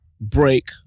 break